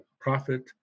prophet